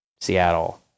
Seattle